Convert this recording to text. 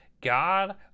God